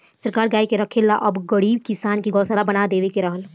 सरकार गाय के रखे ला अब गरीब किसान के गोशाला बनवा के दे रहल